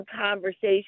conversation